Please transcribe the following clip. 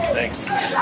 Thanks